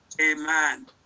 amen